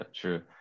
true